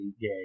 gay